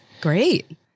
Great